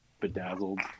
bedazzled